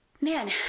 man